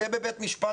זה נאמר בבית המשפט.